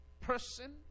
person